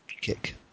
kick